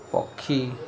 ପକ୍ଷୀ